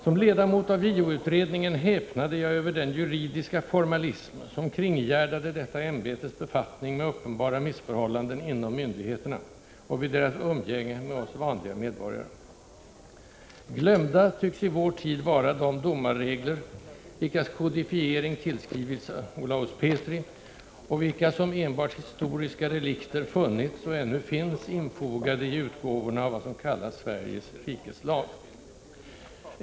Som ledamot av JO-utredningen häpnade jag över den juridiska formalism som kringgärdade detta ämbetes befattning med uppenbara missförhållanden inom myndigheterna och vid deras umgänge med oss vanliga medborgare. Glömda tycks i vår tid vara de domarregler, vilkas kodifiering tillskrivits Olaus Petri, och vilka som enbart historiska relikter funnits och ännu finns infogade i utgåvorna av vad som kallas Sveriges rikes lag.